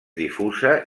difusa